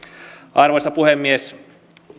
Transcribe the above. arvoisa puhemies